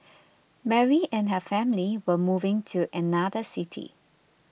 Mary and her family were moving to another city